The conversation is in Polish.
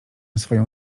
swoją